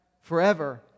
Forever